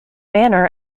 manor